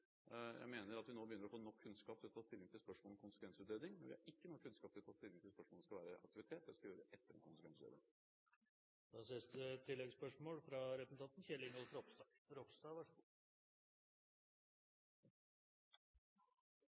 jeg mener at vi nå begynner å få nok kunnskap til å ta stilling til spørsmålet om konsekvensutredning, men vi har ikke nok kunnskap til å ta stilling til spørsmålet om det skal være aktivitet. Det skal vi gjøre etter en